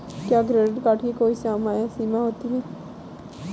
क्या credit card की कोई समय सीमा होती है?